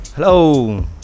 Hello